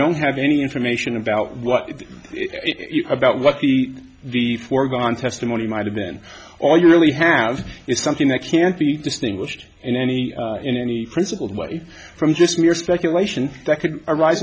don't have any information about what about what the foregone testimony might have been or you really have something that can't be distinguished in any in any principled way from just mere speculation that could arise